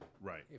right